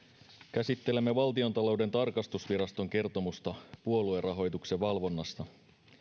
käsittelemme valtiontalouden tarkastusviraston kertomusta puoluerahoituksen valvonnasta